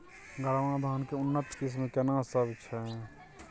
गरमा धान के उन्नत किस्म केना सब छै?